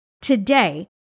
today